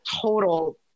total